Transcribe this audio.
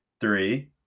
three